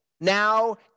now